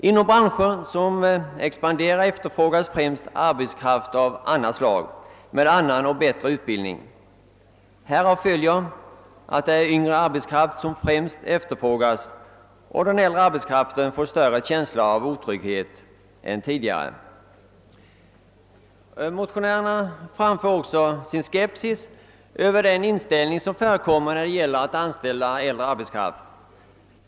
Inom branscher som expanderar efterfrågas främst arbetskraft av annat slag, med annan och bättre utbildning. Härav följer att det är yngre arbetskraft som främst efterfrågas, och den äldre arbetskraften får alltså en större känsla av otrygghet än tidigare. Motionärerna framför också sin skepsis mot den inställning som förekommer när det gäller att anställa äldre arbetskraft.